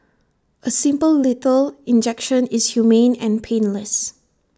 A simple lethal injection is humane and painless